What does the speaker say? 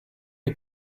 che